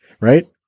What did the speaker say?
Right